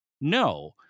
no